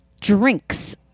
drinks